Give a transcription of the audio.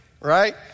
Right